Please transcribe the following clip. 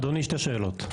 אדוני, שתי שאלות.